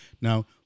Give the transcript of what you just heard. Now